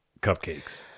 cupcakes